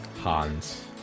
hans